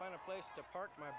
find a place to park my